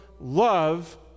love